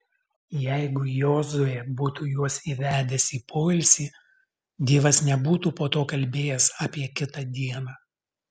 jeigu jozuė būtų juos įvedęs į poilsį dievas nebūtų po to kalbėjęs apie kitą dieną